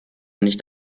nicht